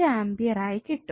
5A ആയി കിട്ടും